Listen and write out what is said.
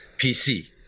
PC